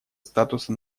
статуса